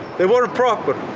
they weren't proper.